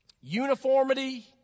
Uniformity